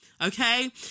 okay